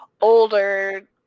older